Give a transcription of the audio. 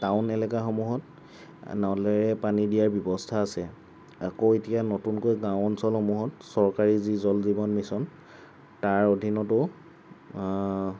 town এলেকাসমূহত নলেৰে পানী দিয়াৰ ব্যৱস্থা আছে আকৌ এতিয়া নতুনকৈ গাঁও অঞ্চলসমূহত চৰকাৰী যি জল জীৱন মিছন তাৰ অধীনতো